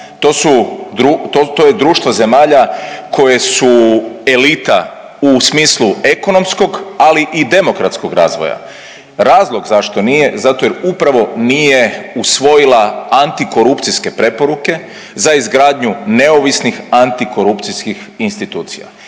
to je društvo zemalja koje su elita u smislu ekonomskog, ali i demokratskog razvoja. Razlog zašto nije zato jer upravo nije usvojila antikorupcijske preporuke za izgradnju neovisnih antikorupcijskih institucija